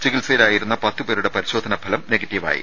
ചികിത്സയിലായിരുന്ന പത്തുപേരുടെ പരിശോധനാഫലം നെഗറ്റീവായി